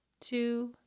two